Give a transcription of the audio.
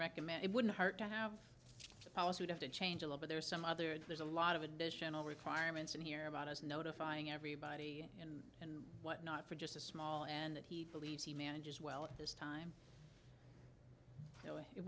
recommend it wouldn't hurt to have a policy would have to change a lot but there are some other there's a lot of additional requirements in here about us notifying everybody and what not for just a small and that he believes he manages well at this time